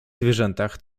zwierzętach